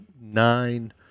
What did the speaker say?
nine